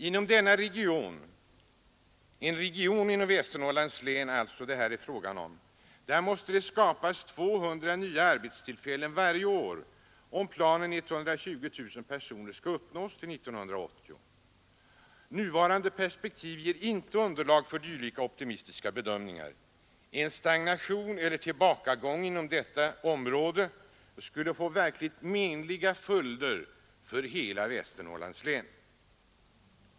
Inom denna region i Västernorrlands län måste det skapas upp till 200 nya arbetstillfällen varje år, om planen på 120 000 personer skall förverkligas 1980. Nuvarande perspektiv ger inte underlag för dylika optimistiska bedömningar. En stagnation eller tillbakagång inom detta område skulle få verkligt menliga följder för hela Västernorrlands län.